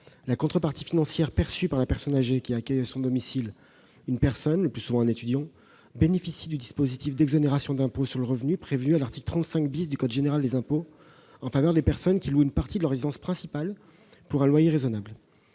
la contrepartie financière perçue par la personne âgée qui accueille à son domicile une personne- le plus souvent un étudiant -bénéficie déjà du dispositif d'exonération d'impôt sur le revenu prévu à l'article 35 du code général des impôts en faveur des personnes louant une partie de leur résidence principale pour un loyer raisonnable.